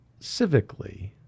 civically